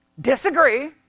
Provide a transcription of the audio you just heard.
Disagree